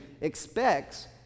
expects